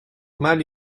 mal